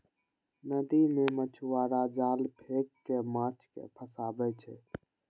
नदी मे मछुआरा जाल फेंक कें माछ कें फंसाबै छै